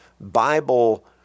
Bible